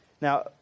Now